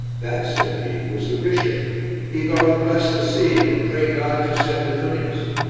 that, said he, was the bishop he go to bless the sea and pray god to send the tunnies.